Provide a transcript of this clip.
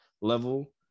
level